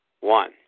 one